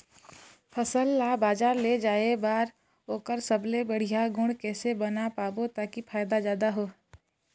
फसल ला बजार ले जाए बार ओकर सबले बढ़िया गुण कैसे बना पाबो ताकि फायदा जादा हो?